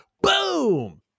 boom